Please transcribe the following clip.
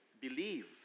believe